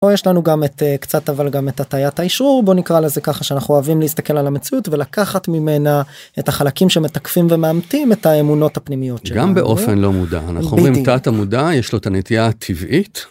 פה יש לנו גם את קצת אבל גם את הטיית האישרור, בוא נקרא לזה ככה, שאנחנו אוהבים להסתכל על המציאות ולקחת ממנה את החלקים שמתקפים ומאמתים את האמונות הפנימיות שלנו. באופן לא מודע, אנחנו אומרים תת המודע יש לו את הנטייה הטבעית.